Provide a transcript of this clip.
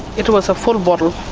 it was a full bottle.